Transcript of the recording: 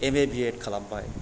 M A B Ed खालामबाय